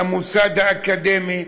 למוסד האקדמי,